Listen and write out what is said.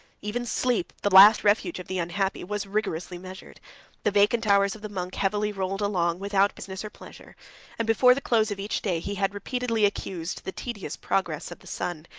even sleep, the last refuge of the unhappy, was rigorously measured the vacant hours of the monk heavily rolled along, without business or pleasure and, before the close of each day, he had repeatedly accused the tedious progress of the sun.